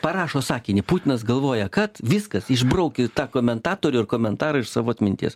parašo sakinį putinas galvoja kad viskas išbrauki tą komentatorių ir komentarą iš savo atminties